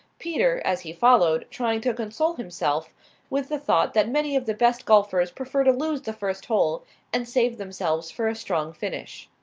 peter, as he followed, trying to console himself with the thought that many of the best golfers prefer to lose the first hole and save themselves for a strong finish.